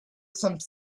some